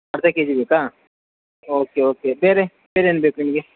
ಅರ್ಧ ಕೆಜಿ ಬೇಕಾ okay okay ಬೇರೆ ಬೇರೆ ಏನು ಬೇಕು ನಿಮಗೆ